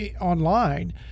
online